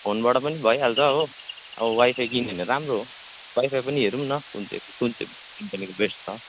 फोनबाट पनि भइहाल्छ हो अब वाइफाई किन्यो भने राम्रो हो वाइफाई पनि हेरौँ न कुन चाहिँ कुन चाहिँ कम्पनीको बेस्ट छ